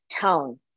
tone